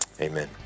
amen